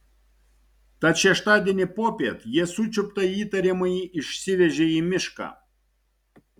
tad šeštadienį popiet jie sučiuptą įtariamąjį išsivežė į mišką